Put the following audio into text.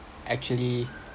actually